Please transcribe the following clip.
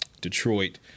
Detroit